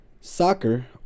Soccer